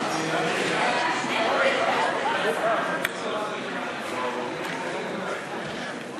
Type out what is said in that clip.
פרטי חובה בהודעה על משלוח דבר דואר רשום),